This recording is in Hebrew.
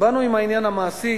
באנו עם העניין המעשי